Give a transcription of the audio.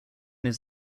his